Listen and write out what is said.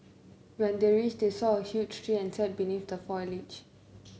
when they reached they saw a huge tree and sat beneath the foliage